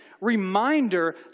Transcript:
reminder